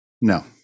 No